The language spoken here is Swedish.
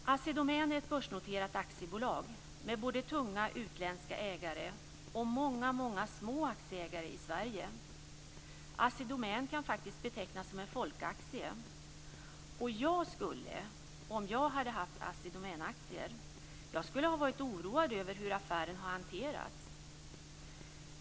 Assi Domän är ett börsnoterat aktiebolag med både tunga utländska ägare och många små aktieägare i Sverige. Assi Domän kan faktiskt betecknas som en folkaktie, och jag skulle, om jag hade haft Assi Domänaktier, ha varit oroad över hur affären har hanterats.